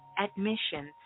admissions